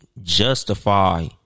justify